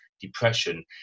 depression